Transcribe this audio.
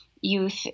youth